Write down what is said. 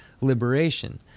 liberation